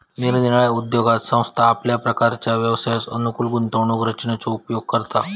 निरनिराळ्या उद्योगात संस्था आपल्या प्रकारच्या व्यवसायास अनुकूल गुंतवणूक रचनेचो उपयोग करता